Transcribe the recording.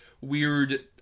weird